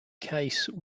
case